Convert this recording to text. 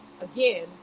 Again